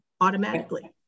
automatically